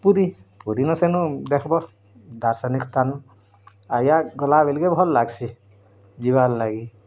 ପୁରୀ ପୁରୀ ରୁ ସେନୁ ଦେଖ୍ବ ଦାର୍ଶନିକ୍ ସ୍ଥାନ ଆଜ୍ଞା ଗଲା ବେଲିକେ ଭଲ ଲାଗ୍ସି ଯିବାର୍ ଲାଗି